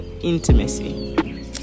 intimacy